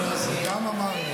הוא גם אמר.